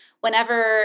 whenever